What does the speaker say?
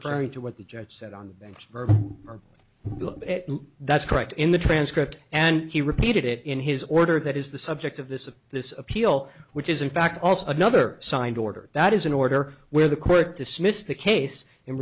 turn to what the judge said on the bench or that's correct in the transcript and he repeated it in his order that is the subject of this of this appeal which is in fact also another signed order that is an order where the court dismissed the case in